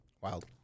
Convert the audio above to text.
Wild